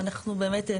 ואנחנו באמת,